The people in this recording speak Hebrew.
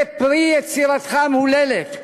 זה פרי יצירתך המהוללת,